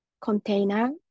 container